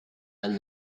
and